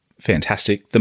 fantastic